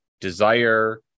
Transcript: desire